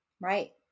Right